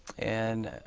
and.